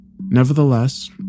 Nevertheless